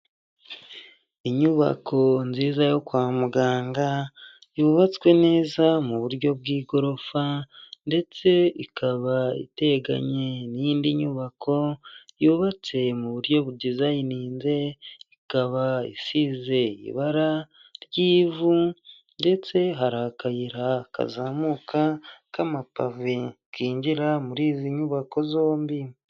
Inyubako nziza yo kwa muganga yubatswe neza mu buryo bw'igorofa ndetse ikaba iteganye n'indi nyubako yubatse mu buryo budizayininze ikaba isize ibara ry'ivu ndetse hari akayira kazamuka k'amapave kinjira muri izi nyubako zombi.